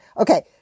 Okay